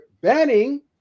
banning